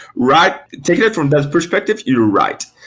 right? taking it from that perspective, you're right.